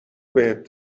بهت